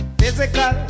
Physical